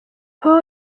who